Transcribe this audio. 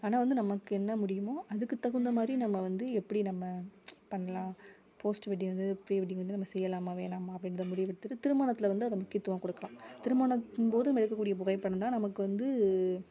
ஆனால் வந்து நமக்கு என்ன முடியுமோ அதுக்குத் தகுந்த மாதிரி நம்ம வந்து எப்படி நம்ம பண்ணலாம் போஸ்ட் வெட்டிங் வந்து ப்ரீ வெட்டிங் வந்து நம்ம செய்யலாமா வேணாமா அப்படின்ற முடிவெடுத்துட்டு திருமணத்தில் வந்து அது முக்கியத்துவம் கொடுக்கலாம் திருமணத்தின் போது நம்ம எடுக்கக்கூடிய புகைப்படம் தான் நமக்கு வந்து